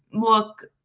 look